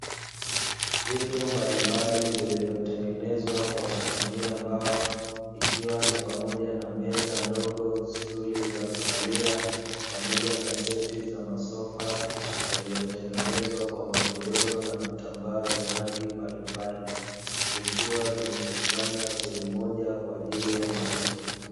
Vitu mbalimbali vilivyotengenezwa kwa kutumia mbao, ikiwa ni pamoja na meza ndogo, stuli za kukalia pamoja na seti za masofa yaliyotengenezwa kwa magodoro na vitambaa vya rangi mbalimbali. Vikiwa vimekusanywa sehemu moja kwa ajili ya mauzo.